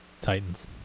Titans